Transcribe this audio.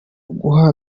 guha